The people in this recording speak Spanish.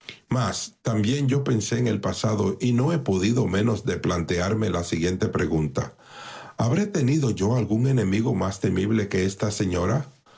mas también yo pensé en el pasado y no he podido menos de plantearme la siguiente pregunta habré tenido yo algún enemigo más temible que esta señora